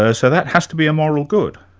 so so that has to be a moral good.